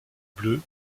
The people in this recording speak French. bleu